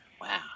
wow